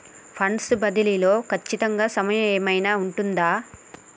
Funds బదిలీ లో ఖచ్చిత సమయం ఏమైనా ఉంటుందా?